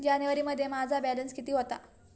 जानेवारीमध्ये माझा बॅलन्स किती होता?